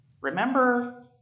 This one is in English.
remember